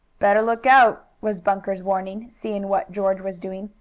better look out! was bunker's warning, seeing what george was doing.